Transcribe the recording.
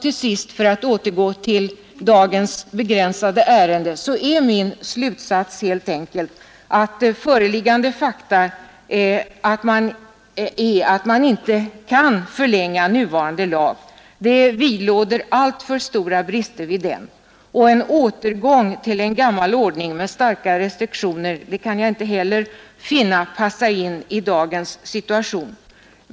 Till slut, för att återgå till dagens begränsade ärende, är min slutsats, herr talman, att föreliggande fakta visar att man inte kan förlänga nuvarande lag; alltför stora brister vidlåder den. En återgång till en gammal ordning med starka restriktioner kan jag inte heller finna passar ini dagens situation.